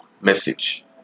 message